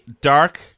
dark